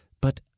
But